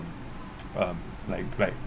um like glide